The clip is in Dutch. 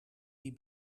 die